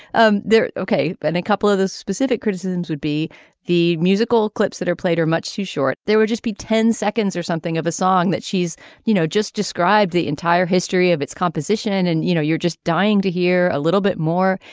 um ok. but and a couple of the specific criticisms would be the musical clips that are played are much too short. there were just be ten seconds or something of a song that she's you know just described the entire history of its composition and you know you're just dying to hear a little bit more.